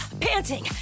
panting